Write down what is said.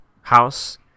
house